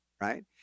right